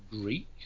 Greek